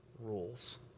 rules